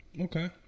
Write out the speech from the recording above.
Okay